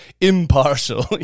impartial